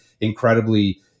incredibly